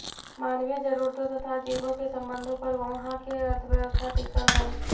मानवीय जरूरतों तथा जीवों के संबंधों पर उहाँ के अर्थव्यवस्था टिकल हई